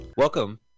Welcome